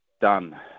done